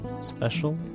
Special